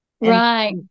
right